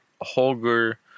Holger